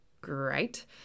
great